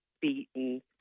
beaten